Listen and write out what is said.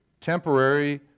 temporary